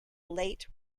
late